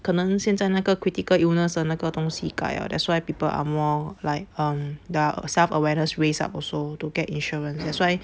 可能现在那个 critical illness 的那个东西改要 that's why people are more like um their self awareness raised up also to get insurance that's why